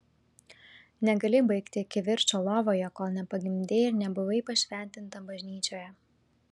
negali baigti kivirčo lovoje kol nepagimdei ir nebuvai pašventinta bažnyčioje